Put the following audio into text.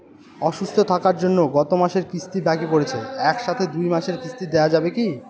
অসুস্থ থাকার জন্য গত মাসের কিস্তি বাকি পরেছে এক সাথে দুই মাসের কিস্তি দেওয়া যাবে কি?